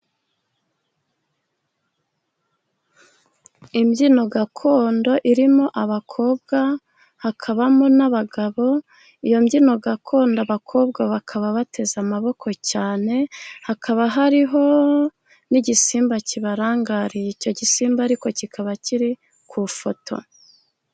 Imbyino gakondo irimo abakobwa, hakabamo n'abagabo. Iyo mbyino gakondo abakobwa bakaba bateze amaboko cyane, hakaba hariho n'igisimba kibarangariye, icyo gisimba ariko kikaba kiri ku ifoto.